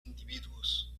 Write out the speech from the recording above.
individuos